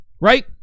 right